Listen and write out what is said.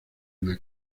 una